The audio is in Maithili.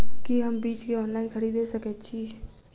की हम बीज केँ ऑनलाइन खरीदै सकैत छी?